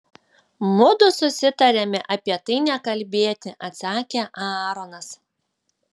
mudu susitarėme apie tai nekalbėti atsakė aaronas